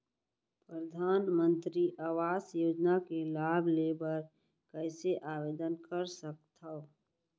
परधानमंतरी आवास योजना के लाभ ले बर कइसे आवेदन कर सकथव?